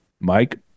Mike